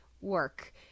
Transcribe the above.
work